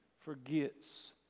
forgets